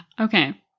Okay